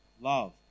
love